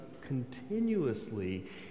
continuously